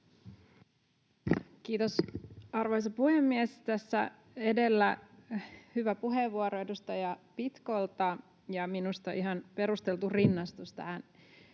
Kiitos, arvoisa puhemies! Tässä edellä oli hyvä puheenvuoro edustaja Pitkolta ja minusta ihan perusteltu rinnastus tähän